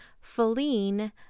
Feline